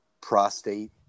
prostate